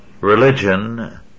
religion